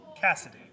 Cassidy